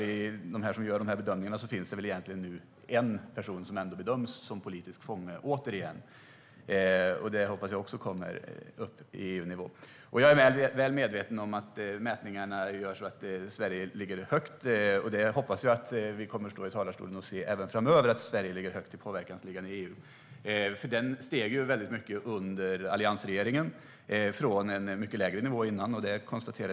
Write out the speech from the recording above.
Enligt dem som gör dessa bedömningar är det en person som bedöms vara politisk fånge. Det hoppas jag kommer upp på EU-nivå. Jag är väl medveten om att Sverige ligger högt i mätningarna, och jag hoppas att Sverige även framöver kommer att ligga högt i påverkansligan i EU. Under alliansregeringen höjde vi oss rejält från en mycket lägre nivå.